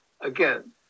again